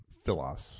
Philos